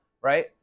right